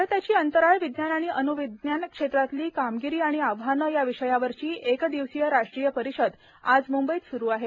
भारताची अंतराळ विज्ञान आणि अण्विज्ञान क्षेत्रातली कामगिरी आणि आव्हानं या विषयावरची एक दिवसीय राष्ट्रीय परिषद आज मुंबईत स्रू आहे